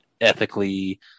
ethically